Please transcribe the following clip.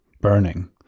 burning